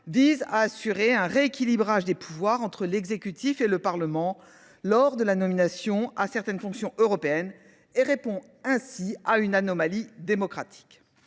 vise à assurer un rééquilibrage des pouvoirs entre l’exécutif et le Parlement pour ce qui est de la nomination à certaines fonctions européennes ; c’est à une anomalie démocratique